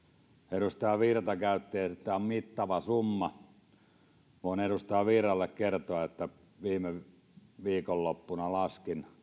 edustaja virta sanoi että tämä on mittava summa voin edustaja virralle kertoa että viime viikonloppuna laskin